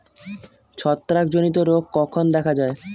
ছত্রাক জনিত রোগ কখন দেখা য়ায়?